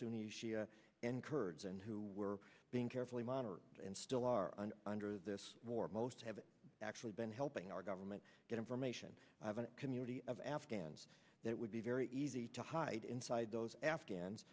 sunni shia and kurds and who were being carefully monitored and still are under this war most have actually been helping our government get information community of afghans that would be very easy to hide inside those afghans